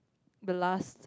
the last